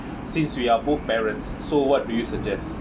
since we are both parents so what do you suggest